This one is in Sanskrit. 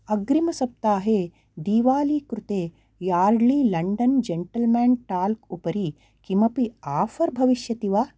अग्रिमसप्ताहे दीवाली कृते यार्ड्ली लण्डन् जेण्टल्मेन् टाल्क् उपरि किमपि आफ़र् भविष्यति वा